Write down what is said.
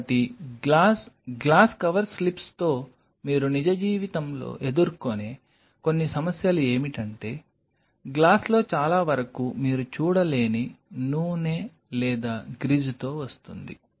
కాబట్టి glass glass cover స్లిప్స్తో మీరు నిజ జీవితంలో ఎదుర్కొనే కొన్ని సమస్యలు ఏమిటంటే గ్లాస్లో చాలా వరకు మీరు చూడలేని నూనె లేదా గ్రీజుతో వస్తుంది